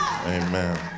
amen